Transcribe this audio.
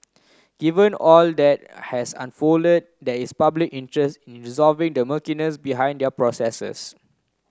given all that has unfolded there is public interest in resolving the murkiness behind their processes